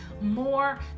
more